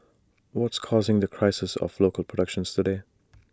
what's causing the crisis of local productions today